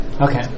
Okay